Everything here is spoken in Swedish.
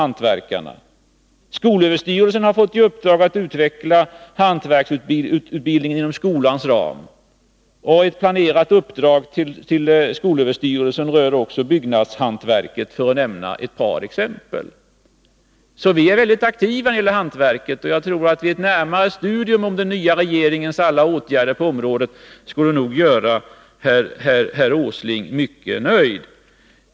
Vidare har skolöverstyrelsen fått i uppdrag att utveckla hantverksutbildningen inom skolans ram. Ett planerat uppdrag till skolöverstyrelsen rör byggnadshantverket. Ja, det är bara ett par exempel. Vi är således väldigt aktiva när det gäller hantverket. Jag tror att ett närmare studium av den nya regeringens alla åtgärder på detta område skulle göra herr Åsling mycket nöjd.